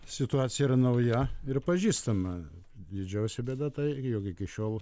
situacija yra nauja ir pažįstama didžiausia bėda tai jog iki šiol